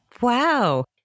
Wow